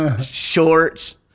shorts